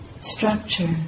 structure